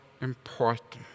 important